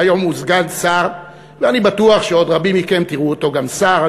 שהיום הוא סגן שר ואני בטוח שעוד רבים מכם תראו אותו גם שר,